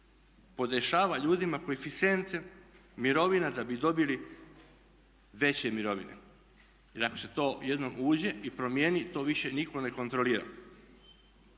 podešava ljudima koeficijente mirovina da bi dobili veće mirovine? Jer ako se to jednom uđe i promijeni to više nitko ne kontrolira.